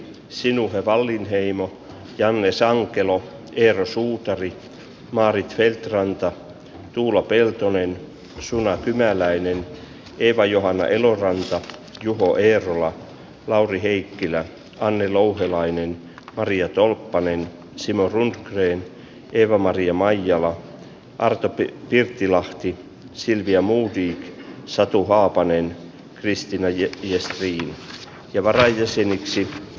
sinuhe wallinheimo jaellessaan kelo eero suutari maarit feldt ranta tuula peltonen asunnot imeläinen eeva johanna eloranta juho eerola lauri heikkilä anne louhelainen maria tolppanen simo rundgren eeva maria maijala artapin irti lahti silvia muuten satu haapanen ristin helsingin ja varajäseniksi